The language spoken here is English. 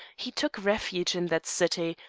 he took refuge in that city,